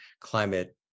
climate